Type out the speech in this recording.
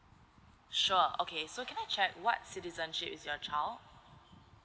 sure okay so can I check what citizenship is your child